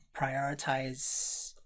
prioritize